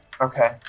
Okay